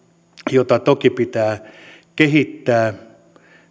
jota toki pitää kehittää